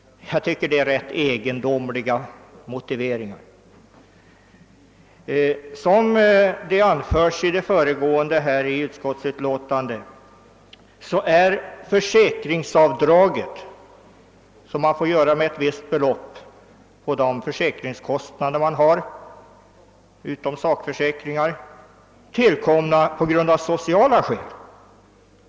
Jag tycker det är ganska egendomliga motiveringar. Såsom anförts i utskottsbetänkandet har avdraget med visst belopp för andra försäkringspremier än för sakförsäkringar tillkommit av socia la skäl.